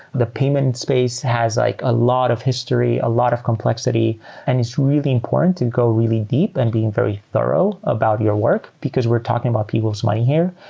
the payment space has like a lot of history, a lot of complexity and it's really important to go really deep and being very thorough about your work, because we're talking about people's money here.